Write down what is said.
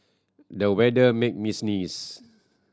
the weather made me sneeze